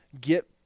get